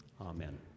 Amen